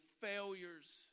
failures